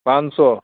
पाँच सौ